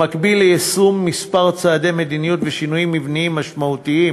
במקביל ליישום כמה צעדי מדיניות ושינויים מבניים משמעותיים